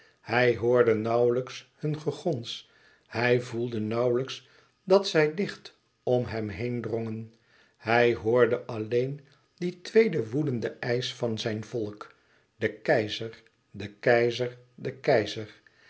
hij hoorde nauwlijks hun gegons hij voelde nauwlijks dat zij dicht om hem heen drongen hij hoorde alleen dien tweeden woedenden eisch van zijn volk de keizer de keizer de keizer